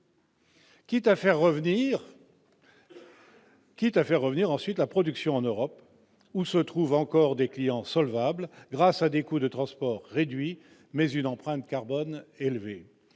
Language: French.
Quitte à faire revenir ensuite la production en Europe, où se trouve encore des clients solvables grâce à des coûts de transports réduits mais une empreinte carbone élevé